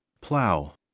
plow